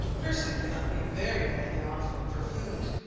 persons cannot be very badly off for food.